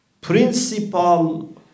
principal